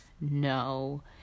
no